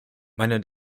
meine